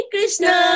Krishna